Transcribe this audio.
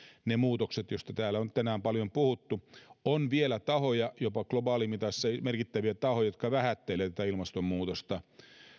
ne muutokset joista täällä on tänään paljon puhuttu on vielä tahoja jopa globaalimitassa merkittäviä tahoja jotka vähättelevät ilmastonmuutosta